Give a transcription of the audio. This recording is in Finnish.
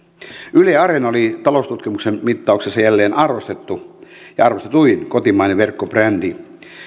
yle areena oli taloustutkimuksen mittauksessa jälleen arvostettu ja arvostetuin kotimainen verkkobrändi